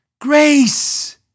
grace